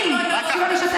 אני לא אתן